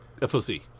FOC